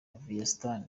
aviastar